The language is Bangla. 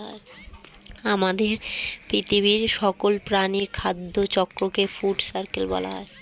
আমাদের পৃথিবীর সকল প্রাণীর খাদ্য চক্রকে ফুড সার্কেল বলা হয়